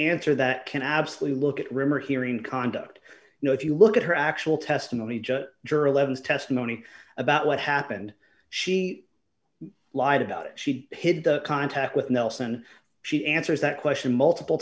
answer that can absolutely look at rimmer hearing conduct you know if you look at her actual testimony judge jury eleven's testimony about what happened she lied about it she hid the contact with nelson she answers that question multiple